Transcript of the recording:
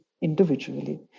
individually